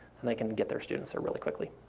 and they can get their students there really quickly.